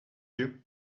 you